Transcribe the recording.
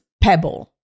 Pebble